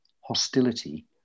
hostility